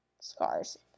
scars